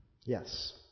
Yes